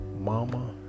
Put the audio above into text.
mama